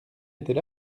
était